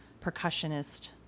percussionist